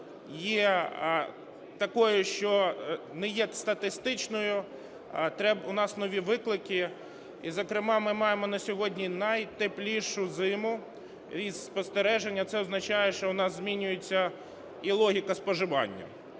є такою, що не є статистичною, у нас нові виклики. І, зокрема, ми маємо на сьогодні найтеплішу зиму, із спостережень. А це означає, що у нас змінюється і логіка споживання.